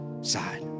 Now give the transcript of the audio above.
side